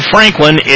Franklin